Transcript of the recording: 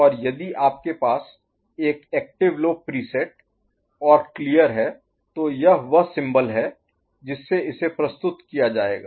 और यदि आपके पास एक एक्टिव लो प्रीसेट और क्लियर है तो यह वह सिंबल Symbol प्रतीक है जिससे इसे प्रस्तुत किया जाएगा